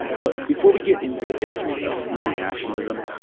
but before we get into the history of hindu nationalism,